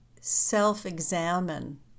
self-examine